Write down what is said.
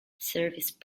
service